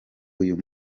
uyu